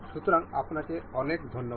সুতরাং আপনাকে অনেক ধন্যবাদ